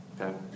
Okay